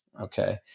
okay